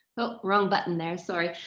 ah romain button there, sorry,